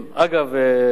אגב,